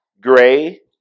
gray